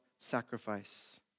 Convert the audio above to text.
Sacrifice